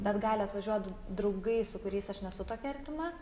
bet gali atvažiuot draugai su kuriais aš nesu tokia artima